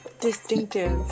distinctive